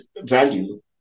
value